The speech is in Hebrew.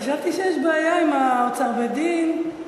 חשבתי שיש בעיה עם אוצר בית-דין, לא?